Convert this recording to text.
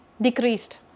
decreased